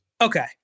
okay